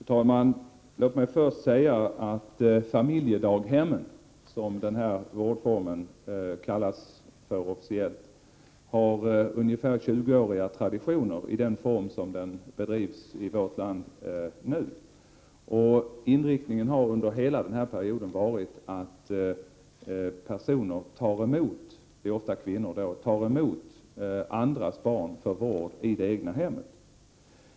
Fru talman! Låt mig först säga att familjedaghem, som den här vårdformen officiellt kallas, har ungefär 20-åriga traditioner i den form de bedrivs i vårt land för närvarande. Inriktningen har under hela den perioden varit att personer — oftast kvinnor — tar emot andras barn för vård i det egna hemmet.